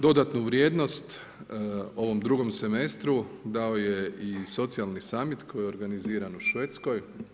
Dodatnu vrijednost ovom drugom semestru dao je i socijalni summit koji je organiziran u Švedskoj.